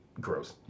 Gross